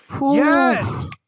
Yes